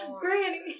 Granny